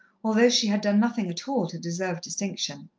although she had done nothing at all to deserve distinction.